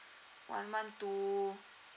one one two